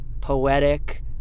poetic